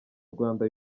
rwanda